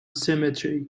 cemetery